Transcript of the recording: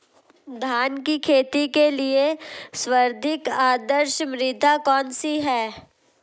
धान की खेती के लिए सर्वाधिक आदर्श मृदा कौन सी है?